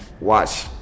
watch